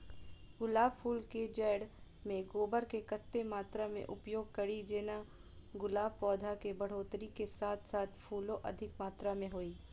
गुलाब फूल केँ जैड़ मे गोबर केँ कत्ते मात्रा मे उपयोग कड़ी जेना गुलाब पौधा केँ बढ़ोतरी केँ साथ साथ फूलो अधिक मात्रा मे होइ?